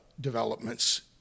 developments